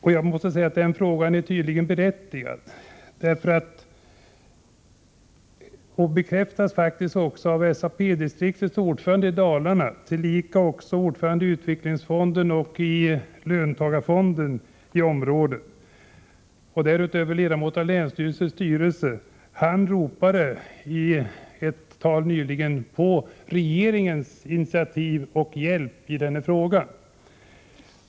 Tydligen är mina frågor berättigade, något som faktiskt bekräftas av ordföranden i Dalarnas SAP-distrikt, tillika ordförande i utvecklingsfonden och i löntagarfonden i området samt även ledamot i länsstyrelsens styrelse. Han ropade i ett tal nyligen efter regeringens initiativ och hjälp i den här frågan.